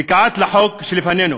וכעת לחוק שלפנינו.